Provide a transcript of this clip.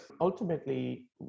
ultimately